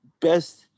best